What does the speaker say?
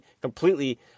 completely